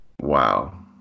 Wow